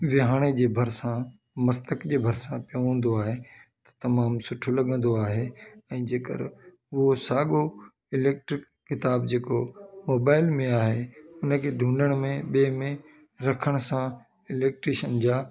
विहाणे जे भरसा मस्तक जे भरसा पियो हूंदो आहे तमामु सुठो लॻंदो आहे ऐं जेकर उहो साॻो इलैक्ट्रिक किताब जेको मोबाइल में आहे उनखे ढ़ूंढण में ॿिए में रखण सां इलैक्ट्रिशियन जा